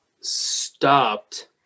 stopped